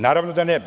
Naravno da ne bi.